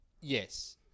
Yes